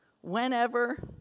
whenever